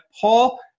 Paul